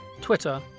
Twitter